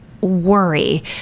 worry